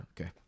Okay